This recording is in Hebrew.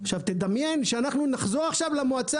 תדמיין שאנחנו נחזור עכשיו למועצה